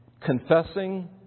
confessing